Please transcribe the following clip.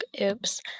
oops